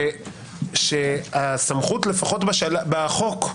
שהסמכות, לפחות בחוק,